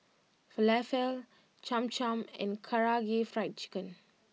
Falafel Cham Cham and Karaage Fried Chicken